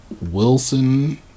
wilson